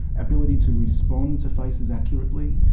ability to respond to faces accurately.